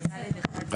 כן.